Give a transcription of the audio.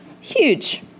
Huge